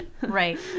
right